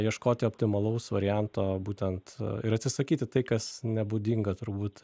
ieškoti optimalaus varianto būtent ir atsisakyti tai kas nebūdinga turbūt